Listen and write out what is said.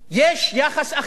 יש יחס אחר.